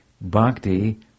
bhakti